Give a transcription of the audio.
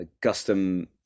custom